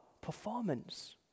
performance